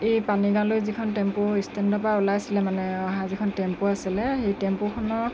এই পানীগাঁৱলৈ যিখন টেম্পু ষ্টেণ্ডৰ পৰা ওলাইছিলে মানে অহা যিখন টেম্পু আছিলে সেই টেম্পুখনৰ